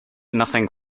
nothing